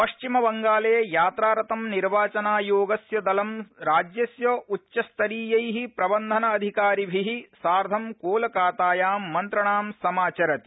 पथ्चिमबंगाले यात्रारतं निर्वाचनायोगस्य दलं राज्यस्य उच्चस्तरीयै प्रबन्धन अधिकारिभि सार्थं कोलकातायां मन्त्रणां समाचरति